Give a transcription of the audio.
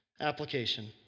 application